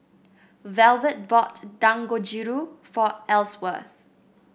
Velvet bought Dangojiru for Elsworth